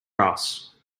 grass